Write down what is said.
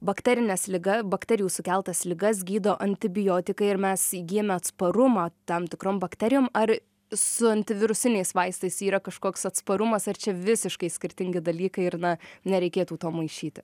bakterinės liga bakterijų sukeltas ligas gydo antibiotikai ir mes įgyjame atsparumą tam tikrom bakterijom ar su antivirusiniais vaistais yra kažkoks atsparumas ar čia visiškai skirtingi dalykai ir na nereikėtų to maišyti